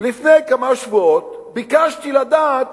לפני כמה שבועות ביקשתי לדעת